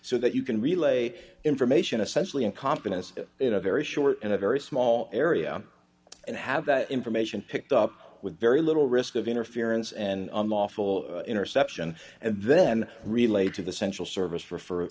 so that you can relay information essentially incompetence in a very short in a very small area and have that information picked up with very little risk of interference and unlawful interception and then relayed to the central service for